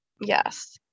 Yes